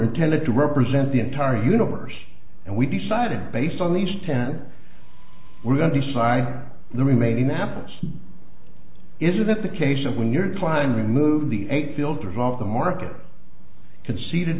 intended to represent the entire universe and we decided based on these ten we're going to sigh the remaining apples isn't that the case of when you're climbing move the eight filters off the market conceded